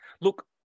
Look